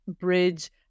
bridge